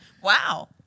wow